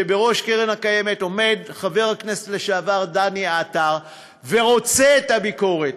כשבראש קרן קיימת עומד חבר הכנסת לשעבר דני עטר ורוצה את הביקורת.